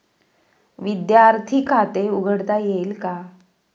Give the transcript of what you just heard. विद्यार्थी खाते उघडता येईल का?